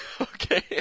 Okay